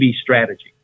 strategy